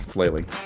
Flailing